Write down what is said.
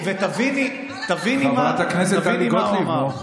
מה אתה רוצה,